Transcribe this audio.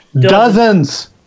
dozens